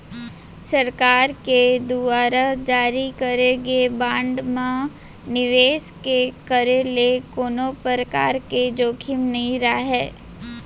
सरकार के दुवार जारी करे गे बांड म निवेस के करे ले कोनो परकार के जोखिम नइ राहय